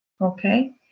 okay